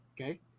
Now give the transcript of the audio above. Okay